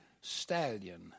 stallion